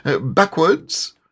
backwards